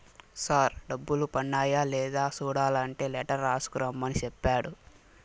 sir డబ్బులు పన్నాయ లేదా సూడలంటే లెటర్ రాసుకు రమ్మని సెప్పాడు